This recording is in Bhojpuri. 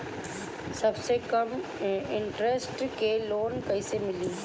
सबसे कम इन्टरेस्ट के लोन कइसे मिली?